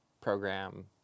program